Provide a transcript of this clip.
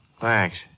Thanks